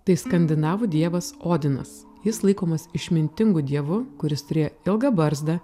tai skandinavų dievas odinas jis laikomas išmintingu dievu kuris turėjo ilgą barzdą